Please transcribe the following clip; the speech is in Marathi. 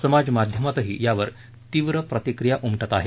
समाजमाध्यमातही यावर तीव्र प्रतिक्रिया उमटत आहे